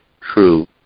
true